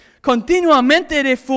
continuamente